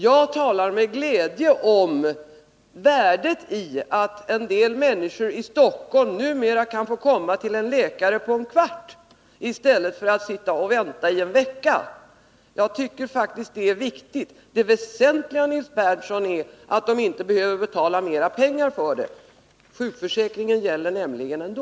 Jag talar med glädje om värdet i att en del människor i Stockholm numera kan få komma till en läkare på en kvart, i stället för att sitta och vänta en vecka. Jag tycker faktiskt att det är viktigt. Det väsentliga, Nils Berndtson, är att de inte behöver betala mer pengar för det — sjukförsäkringen gäller nämligen ändå.